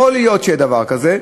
יכול להיות שיהיה דבר כזה,